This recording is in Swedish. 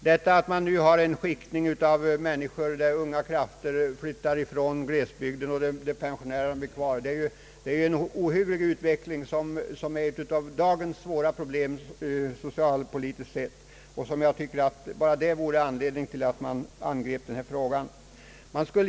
Att det nu existerar en skiktning av människor, där unga krafter flyttar från glesbygden och pensionärer blir kvar, är ju en ohygglig utveckling som är ett av dagens svåra problem socialpolitiskt sett och som jag tycker bara det vore en anledning till att angripa denna fråga.